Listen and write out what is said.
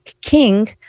king